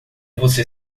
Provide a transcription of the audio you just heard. você